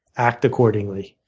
act accordingly.